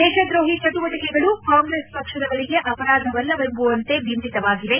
ದೇಶದ್ರೋಹಿ ಚಟುವಟಿಕೆಗಳು ಕಾಂಗ್ರೆಸ್ ಪಕ್ಷದವರಿಗೆ ಅಪರಾಧವಲ್ಲವೆಂಬುವಂತೆ ಬಿಂಬಿತವಾಗಿದೆ